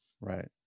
Right